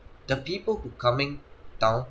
the people who coming down